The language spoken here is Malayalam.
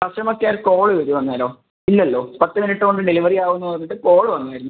കസ്റ്റമർ കെയർ കോള് വരും അന്നേരം ഇല്ലല്ലോ പത്ത് മിനിട്ട് കൊണ്ട് ഡെലിവറി ആകുമെന്ന് പറഞ്ഞിട്ട് കോള് വന്നായിരുന്നു